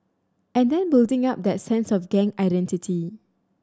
and then building up that sense of gang identity